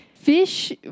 Fish